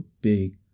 big